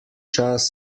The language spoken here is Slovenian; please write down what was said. čas